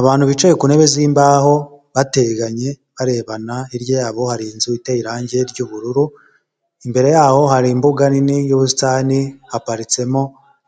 Abantu bicaye ku ntebe z'imbaho bateganye barebana, hirya yabo hari inzu iteye irangi ry'ubururu imbere yaho hari imbuga nini y'ubusitani haparitsemo